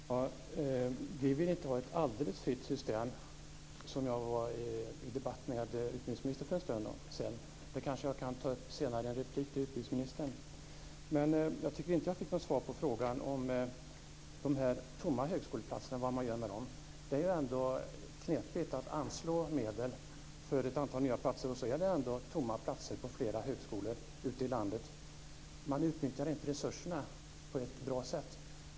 Herr talman! Vi vill inte ha ett alldeles fritt system, vilket jag debatterade med utbildningsministern för en stund sedan. Det kanske jag kan ta upp senare i en replik till utbildningsministern. Men jag tycker inte att jag fick något svar på frågan vad man gör med de tomma högskoleplatserna. Det är knepigt att anslå medel för ett antal nya platser när det ändå finns tomma platser på flera högskolor ute i landet. Man utnyttjar inte resurserna på ett bra sätt.